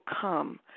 come